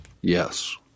Yes